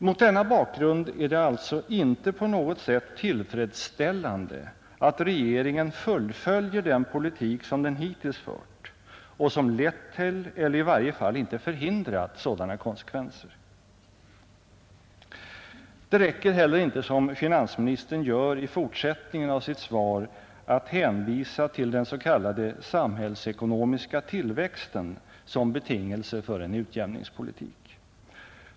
Mot denna bakgrund är det alltså inte på något sätt tillfredsställande att regeringen fullföljer den politik som den hittills fört och som lett till, eller i varje fall inte förhindrat, sådana konsekvenser. Det räcker heller inte, som finansministern gör i fortsättningen av sitt svar, att hänvisa till den s.k. samhällsekonomiska tillväxten som betingelse för en utjämningspolitik.